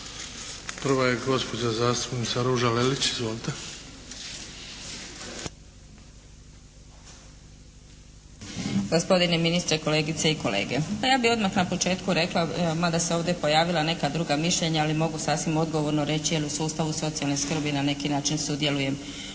Prva je gospođa zastupnica Ruža Lelić. Izvolite. **Lelić, Ruža (HDZ)** Gospodine ministre, kolegice i kolege. Pa, ja bih odmah na početku rekla, mada su se ovdje pojavila neka druga mišljenja, ali mogu sasvim odgovorno reći jer u sustavu socijalne skrbi na neki način sudjelujem